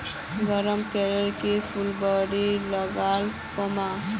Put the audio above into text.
गरम कले की फूलकोबी लगाले पाम?